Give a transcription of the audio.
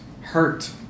Hurt